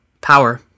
power